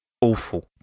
awful